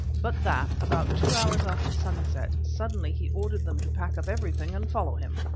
but that about two hours after sunset suddenly he ordered them to pack up everything and follow him.